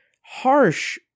harsh